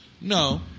No